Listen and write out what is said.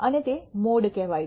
અને તે મોડ કહેવાય છે